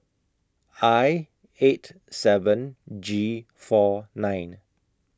I eight seven G four nine